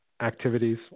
activities